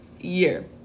year